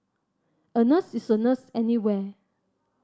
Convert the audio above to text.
a nurse is a nurse anywhere